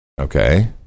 Okay